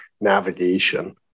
navigation